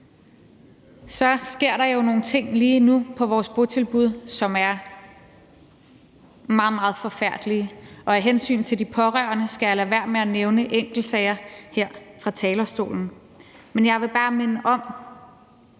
Så sker der jo nogle ting lige nu på vores botilbud, som er meget, meget forfærdelige, og af hensyn til de pårørende skal jeg lade være med at nævne enkeltsager her fra talerstolen. Men jeg vil bare minde om,